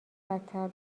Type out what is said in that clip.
بدتر